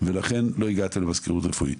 פעילה ולכן לא הגעתם למזכירות רפואית.